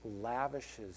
lavishes